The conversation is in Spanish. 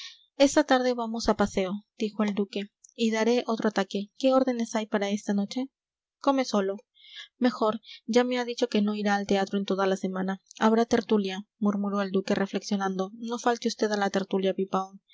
esta tarde vamos a paseo dijo el duque y daré otro ataque qué órdenes hay para esta noche come solo mejor ya me ha dicho que no irá al teatro en toda la semana habrá tertulia murmuró el duque reflexionando no falte usted a la tertulia pipaón